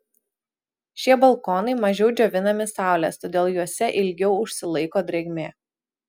šie balkonai mažiau džiovinami saulės todėl juose ilgiau užsilaiko drėgmė